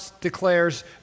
declares